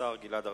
השר גלעד ארדן.